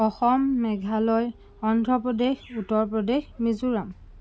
Assam Meghalaya Andhra Pradesh Uttar Pradesh Mizoram